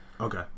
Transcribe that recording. Okay